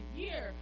year